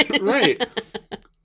Right